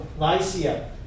Lycia